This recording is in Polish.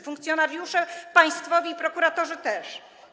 Funkcjonariusze państwowi i prokuratorzy też.